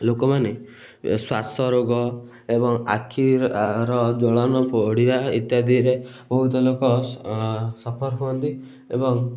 ଲୋକମାନେ ଶ୍ୱାସ ରୋଗ ଏବଂ ଆଖିର ଜ୍ୱଳନ ପୋଡ଼ିବା ଇତ୍ୟାଦିରେ ବହୁତ ଲୋକ ସଫର୍ ହୁଅନ୍ତି ଏବଂ